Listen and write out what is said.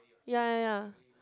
ya ya ya